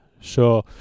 sure